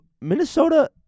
Minnesota